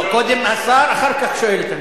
קודם השר, אחר כך אני שואל את האנשים.